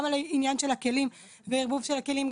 גם על העניין של הכלים וערבוב של הכלים,